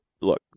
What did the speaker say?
look